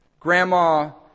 Grandma